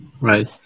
Right